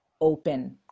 open